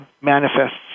manifests